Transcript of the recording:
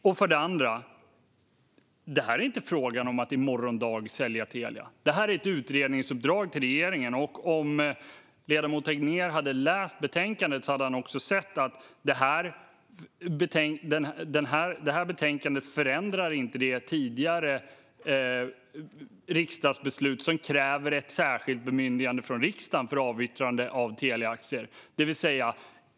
Det andra jag vill säga är att det inte är fråga om att i morgon dag sälja Telia. Det här är ett utredningsuppdrag till regeringen. Om ledamoten Tegnér hade läst betänkandet hade han sett att betänkandet inte förändrar det tidigare riksdagsbeslut som kräver ett särskilt bemyndigande från riksdagen för avyttrande av Teliaaktier.